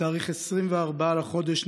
בתאריך 24 בחודש,